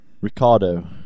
Ricardo